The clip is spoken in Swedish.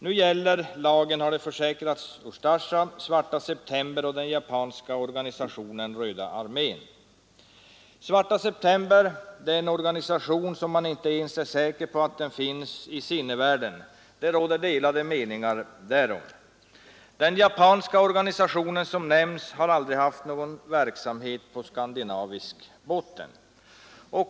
Nu gäller lagen, har det försäkrats, Ustasja, Svarta september och den japanska organisationen Röda armén. Vad avser Svarta september är man inte ens säker på att den organisationen finns i sinnevärlden. Den japanska organisation som nämns har aldrig haft någon verksamhet på skandinavisk botten.